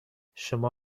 شما